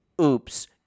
oops